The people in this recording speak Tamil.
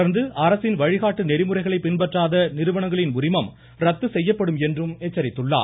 தொடர்ந்து அரசின் வழிகாட்டு நெறிமுறைகளை பின்பற்றாத நிறுவனங்களின் உரிமம் ரத்து செய்யப்படும் என்றும் எச்சரித்துள்ளார்